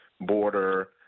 border